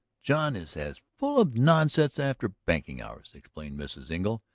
john is as full of nonsense after banking hours, explained mrs. engle,